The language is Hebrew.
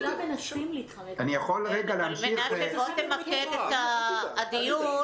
בואו נמקד את הדיון.